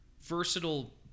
versatile